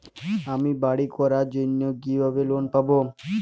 আমি বাড়ি করার জন্য কিভাবে লোন পাব?